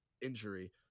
injury